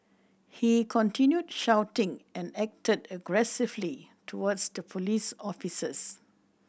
he continued shouting and acted aggressively towards the police officers